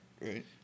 Right